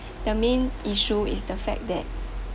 the main issue is the fact that